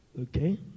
Okay